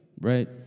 right